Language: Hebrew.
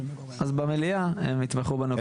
אז במליאה הם יתמכו בנו.